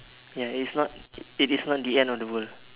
yes is not it is not the end of the world